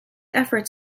efforts